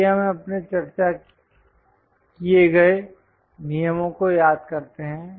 आइए हम अपने चर्चा किए गए नियमों को याद करते हैं